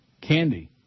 Candy